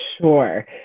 Sure